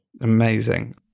Amazing